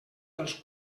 dels